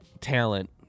talent